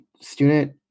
student